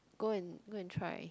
go and go and try